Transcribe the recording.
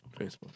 Facebook